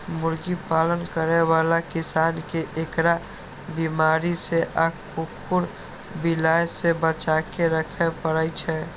मुर्गी पालन करै बला किसान कें एकरा बीमारी सं आ कुकुर, बिलाय सं बचाके राखै पड़ै छै